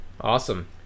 Awesome